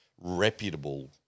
reputable